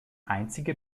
einzige